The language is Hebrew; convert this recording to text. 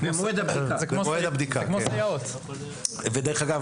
דרך אגב,